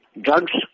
Drugs